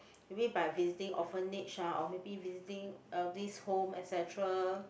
maybe by visiting orphanage or maybe visiting elderly home etc